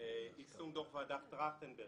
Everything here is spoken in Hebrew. יישום דוח ועדת טרכטנברג,